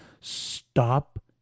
stop